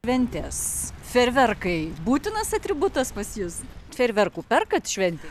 ventės fejerverkai būtinas atributas pas jus fejerverkų perkat šventei